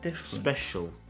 special